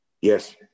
yes